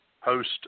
host